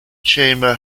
chamber